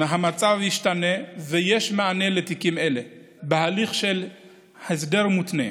המצב השתנה ויש מענה לתיקים אלה בהליך של הסדר מותנה.